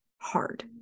Hard